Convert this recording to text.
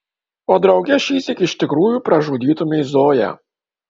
o drauge šįsyk iš tikrųjų pražudytumei zoją